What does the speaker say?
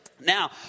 Now